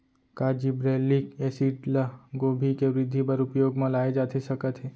का gibberellic acid ल गोभी के वृद्धि बर उपयोग म लाये जाथे सकत हे?